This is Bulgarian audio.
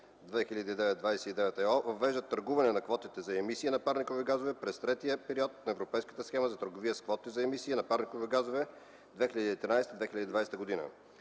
въвеждат търгуване на квотите за емисии на парникови газове през третия период на Европейската схема за търговия с квоти за емисии на парникови газове 2013-2020 г.